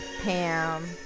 Pam